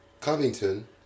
Covington